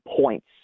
points